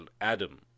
adam